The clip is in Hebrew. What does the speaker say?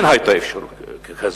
כן היתה אפשרות כזאת.